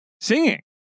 singing